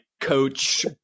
coach